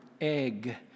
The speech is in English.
egg